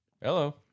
Hello